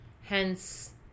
Hence